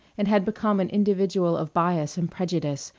and had become an individual of bias and prejudice,